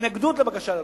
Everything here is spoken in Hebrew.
התנגדות לבקשה לרישום,